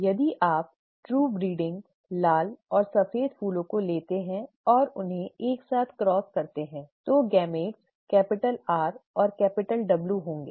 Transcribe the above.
यदि आप true breeding लाल और सफेद फूलों को लेते हैं और उन्हें एक साथ क्रॉस करते हैं तो युग्मक कैपिटल R और कैपिटल W होंगे